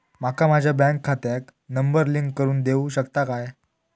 माका माझ्या बँक खात्याक नंबर लिंक करून देऊ शकता काय?